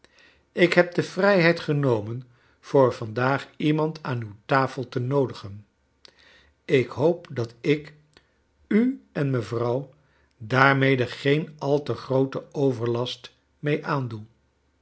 ik heb de vrijheid genomen voor vandaag iemand aan uw tafel to noodigen ik hoop dat ik u en mevrouw daarmede geen al te grooten overlast mee aandoe